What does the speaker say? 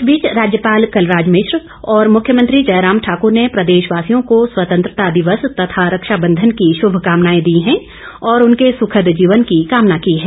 इस बीच राज्यपाल कलराज मिश्र और मुख्यमंत्री जयराम ठाकूर ने प्रदेशवासियों को स्वतंत्रता दिवस तथा रक्षा बंधन की शुभकामनाए दी है और उनके सुखद जीवन की कामना की है